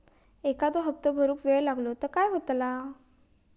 एखादो हप्तो भरुक वेळ लागलो तर काय होतला?